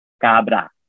cabra